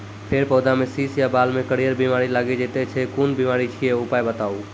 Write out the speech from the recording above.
फेर पौधामें शीश या बाल मे करियर बिमारी लागि जाति छै कून बिमारी छियै, उपाय बताऊ?